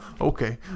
Okay